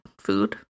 food